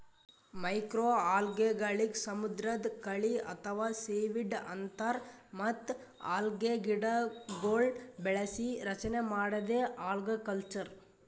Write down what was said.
ಮೈಕ್ರೋಅಲ್ಗೆಗಳಿಗ್ ಸಮುದ್ರದ್ ಕಳಿ ಅಥವಾ ಸೀವೀಡ್ ಅಂತಾರ್ ಮತ್ತ್ ಅಲ್ಗೆಗಿಡಗೊಳ್ನ್ ಬೆಳಸಿ ರಚನೆ ಮಾಡದೇ ಅಲ್ಗಕಲ್ಚರ್